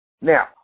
Now